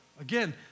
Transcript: Again